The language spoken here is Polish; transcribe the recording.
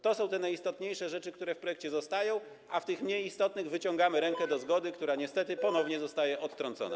To są te najistotniejsze rzeczy, które w projekcie zostają, a w tych mniej istotnych wyciągamy rękę do zgody, która niestety ponownie zostaje odtrącona.